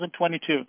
2022